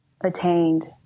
attained